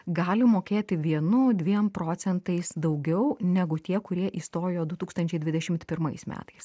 gali mokėti vienu dviem procentais daugiau negu tie kurie įstojo du tūkstančiai dvidešimt pirmais metais